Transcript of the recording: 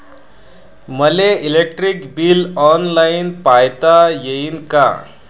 मले electric bill online पायता येईन का?